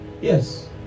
Yes